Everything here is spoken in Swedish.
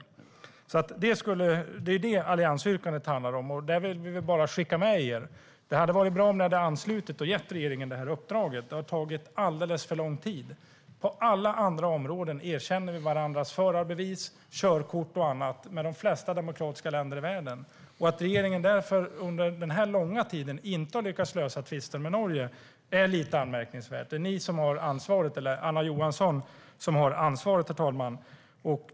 Det är detta som alliansyrkandet handlar om. Vi vill bara skicka med er att det hade varit bra om ni hade anslutit er till detta och gett regeringen detta uppdrag. Det har tagit alldeles för lång tid. På alla andra områden erkänner vi varandras förarbevis, körkort och annat i de flesta demokratiska länderna i världen. Att regeringen därför under denna långa tid inte har lyckats lösa tvisten med Norge är lite anmärkningsvärt. Det är Anna Johansson som har ansvaret.